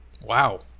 Wow